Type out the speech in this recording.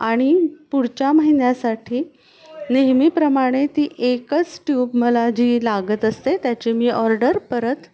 आणि पुढच्या महिन्यासाठी नेहमीप्रमाणे ती एकच ट्यूब मला जी लागत असते त्याची मी ऑर्डर परत